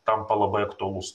tampa labai aktualus